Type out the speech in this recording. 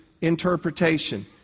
interpretation